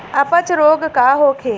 अपच रोग का होखे?